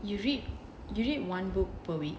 you read you read one book per week